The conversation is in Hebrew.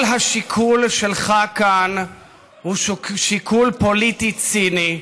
כל השיקול שלך כאן הוא שיקול פוליטי ציני.